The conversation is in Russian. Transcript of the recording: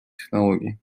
технологий